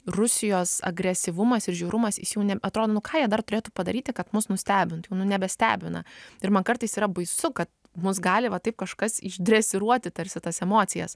rusijos agresyvumas ir žiaurumas jis jau ne atro nu ką jie dar turėtų padaryti kad mus nustebintų jau nebestebina ir man kartais yra baisu kad mus gali va taip kažkas išdresiruoti tarsi tas emocijas